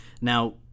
now